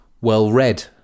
well-read